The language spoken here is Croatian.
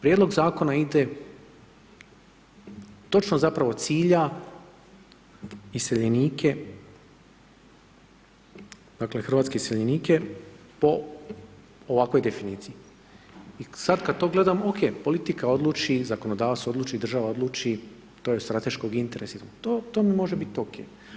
Prijedlog zakona ide točno zapravo cilja iseljenike dakle hrvatske iseljenike po ovakvoj definiciji i sad kad to gledam, ok, politika odluči, zakonodavstvo odluči, država odluči, to je od strateškog interesa i to to mi može bit ok.